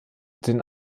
den